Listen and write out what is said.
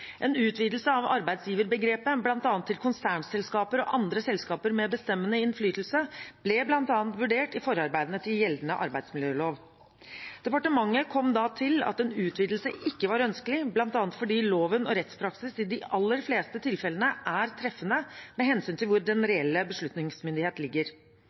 En utvidelse av arbeidsgiverbegrepet bl.a. til konsernselskaper og andre selskaper med bestemmende innflytelse ble bl.a. vurdert i forarbeidene til gjeldende arbeidsmiljølov. Departementet kom da til at en utvidelse ikke var ønskelig, bl.a. fordi loven og rettspraksis i de aller fleste tilfellene er treffende med hensyn til hvor den reelle beslutningsmyndigheten ligger.